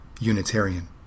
Unitarian